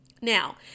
Now